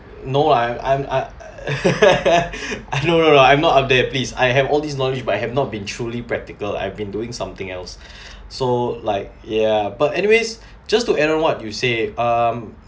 no I'm I'm at no lah I've no update please I have all this knowledge but I have not been truly practical I've been doing something else so like ya but anyways just to what you say um